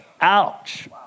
Ouch